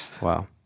Wow